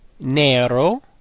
nero